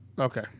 Okay